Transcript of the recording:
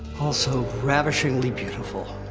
oh, so ravishingly beautiful.